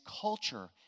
culture